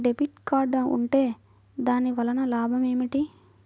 Debit card ఉంటే దాని వలన లాభం ఏమిటీ?